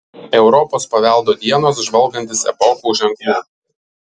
europos paveldo dienos žvalgantis epochų ženklų